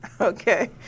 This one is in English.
Okay